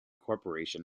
corporation